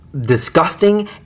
disgusting